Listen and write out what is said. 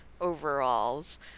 overalls